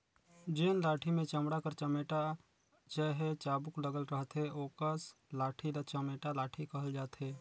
जेन लाठी मे चमड़ा कर चमेटा चहे चाबूक लगल रहथे ओकस लाठी ल चमेटा लाठी कहल जाथे